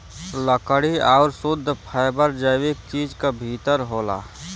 लकड़ी आउर शुद्ध फैबर जैविक चीज क भितर होला